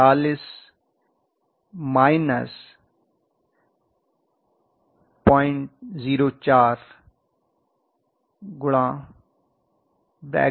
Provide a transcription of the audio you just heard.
Eb होगा Eb240 004200 If